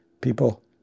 people